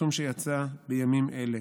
פרסום שיצא בימים אלה.